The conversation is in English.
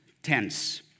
tense